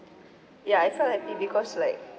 ya I felt like it because like